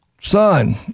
son